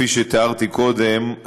כפי שתיארתי קודם,